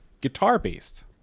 guitar-based